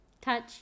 Touch